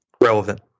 Relevant